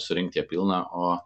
surinkt ją pilną o